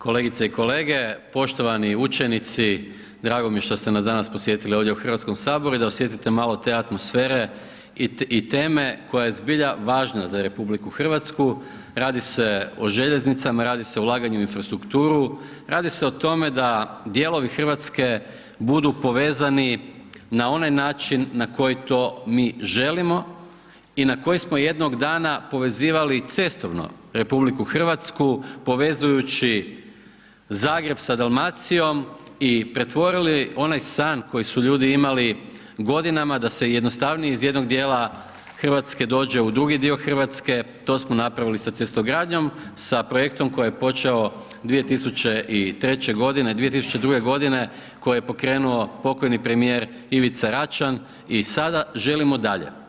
Kolegice i kolege, poštovani učenici, drago mi je što ste nas danas posjetili ovdje u HS i da osjetite malo te atmosfere i teme koja je zbilja važna za RH, radi se o željeznicama, radi se o ulaganju u infrastrukturu, radi se o tome da dijelovi RH budu povezani na onaj način, na koji mi to želimo i na koji smo jednog dana, povezivali i cestovno RH, povezujući Zagreb sa Dalmacijom i pretvorili onaj san koji su ljudi imali godinama, da se jednostavnije iz jednog dijela Hrvatske dođe u drugi dio Hrvatske, to smo napravili sa cestogradnjom, sa projektom koji je počeo 2002. g. godine, koji je pokrenuo pokojni premjer Ivica Račan i sada želimo dalje.